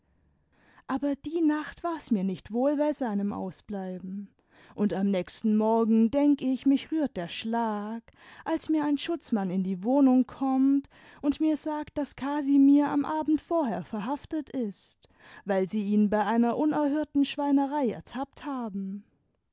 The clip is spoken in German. aber die nacht war s mir nicht wohl bei seinem ausbleiben und am nächsten morgen denk ich mich rührt der schlag als mir ein schutzmann in die wohnung kommt und mir sagt daß casinür am abend vorher verhaftet ist weil sie ihn bei einer unerhörten schweinerei ertappt haben